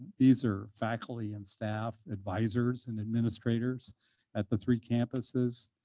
these are faculty and staff, advisors and administrators at the three campuses,